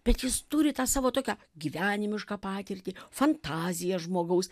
bet jis turi tą savo tokią gyvenimišką patirtį fantaziją žmogaus